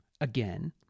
again